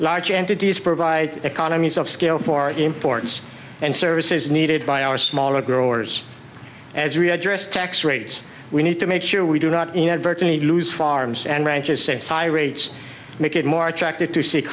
large entities provide economies of scale for importance and services needed by our smaller growers as readdress tax rates we need to make sure we do not inadvertently lose farms and ranches since tirades make it more attractive to seek